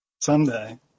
Someday